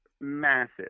massive